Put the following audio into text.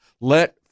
Let